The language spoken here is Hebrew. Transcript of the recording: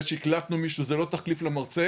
זה שהקלטנו מישהו זה לא תחליף למרצה,